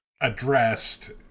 addressed